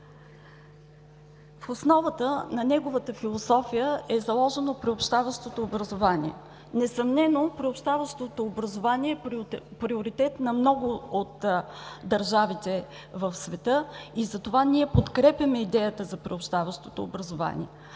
В основата на неговата философия е заложено приобщаващото образование. Несъмнено приобщаващото образование е приоритет на много от държавите в света и затова ние подкрепяме идеята за него. Приобщаващото образование